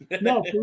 No